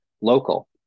local